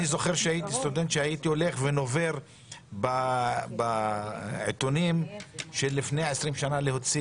כי אני זוכר שכסטודנט הייתי נובר בעיתונים שלפני 20 שנה כדי להוציא